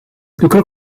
croque